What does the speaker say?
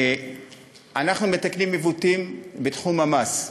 אנחנו מתקנים עיוותים בתחום המס.